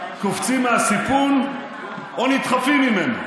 קופצים מהסיפון או נדחפים ממנו.